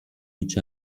each